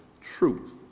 truth